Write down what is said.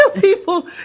People